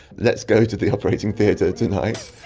let's go to the operating theatre tonight.